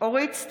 (קוראת בשם חברת הכנסת) אורית סטרוק,